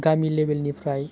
गामि लेबेलनिफ्राय